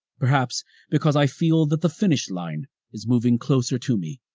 perhaps because i feel that the finish line is moving closer to me,